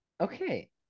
okay